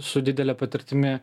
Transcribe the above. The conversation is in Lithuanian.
su didele patirtimi